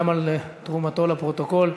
גם על תרומתו לפרוטוקול.